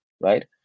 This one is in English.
Right